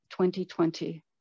2020